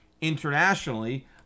internationally